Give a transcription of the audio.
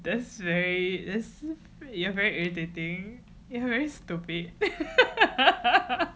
that's very you're very irritating that's very stupid